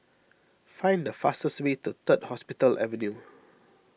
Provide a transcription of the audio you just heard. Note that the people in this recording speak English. find the fastest way to Third Hospital Avenue